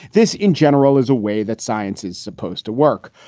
this, in general, is a way that science is supposed to work,